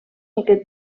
aquest